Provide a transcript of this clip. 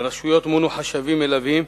לרשויות מונו חשבים מלווים.